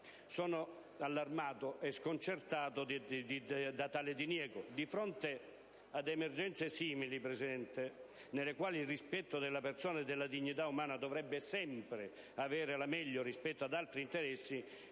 Sono allarmato e sconcertato da tale diniego. Di fronte ad emergenze simili, signora Presidente, nelle quali il rispetto della persona e della dignità umana dovrebbero sempre avere la meglio rispetto ad altri interessi,